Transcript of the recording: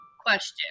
question